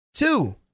Two